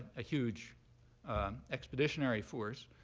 a huge expeditionary force,